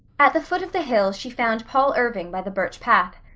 at the foot of the hill she found paul irving by the birch path.